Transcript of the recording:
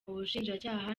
ubushinjacyaha